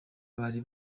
bari